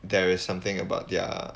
there is something about their